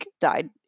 died